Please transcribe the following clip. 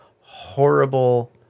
horrible